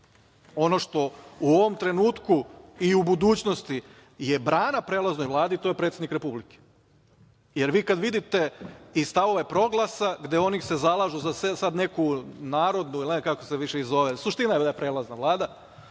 što u ovom trenutku i u budućnosti je brana prelaznoj Vladi, to je predsednik Republike, jer vi kad vidite i stavove Proglasa, gde se oni zalažu za narodnu ili kako se više i zove, suština da je prelazna Vlada,